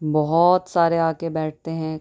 بہت سارے آ کے بیٹھتے ہیں